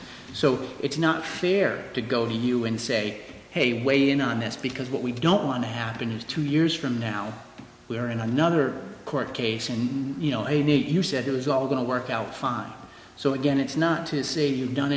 so it's not fair to go to you and say hey way in on this because what we don't want to happen is two years from now we are in another court case in a meet you said it was all going to work out fine so again it's not to say you've done